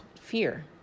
fear